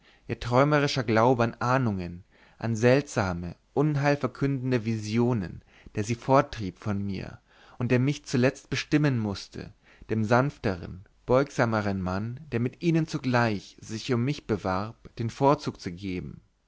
ihr träumerischer glaube an ahnungen an seltsame unheil verkündende visionen der sie forttrieb von mir und der mich zuletzt bestimmen mußte dem sanfteren beugsameren mann der mit ihnen zugleich sich um mich bewarb den vorzug zu geben